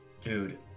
Dude